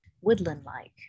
woodland-like